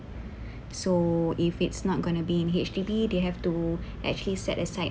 so if it's not going to be in H_D_B they have to actually set aside